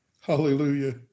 Hallelujah